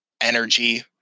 energy